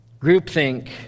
Groupthink